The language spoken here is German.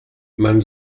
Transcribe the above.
man